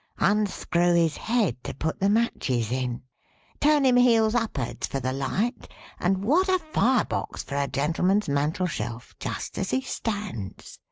unscrew his head to put the matches in turn him heels up'ards for the light and what a firebox for a gentleman's mantel-shelf, just as he stands!